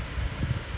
and like